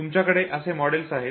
तुमच्याकडे असे मॉड्यूल आहेत